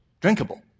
drinkable